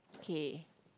K